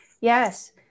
Yes